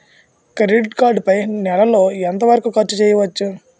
Credit card పై నెల లో ఎంత వరకూ ఖర్చు చేయవచ్చు?